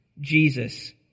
Jesus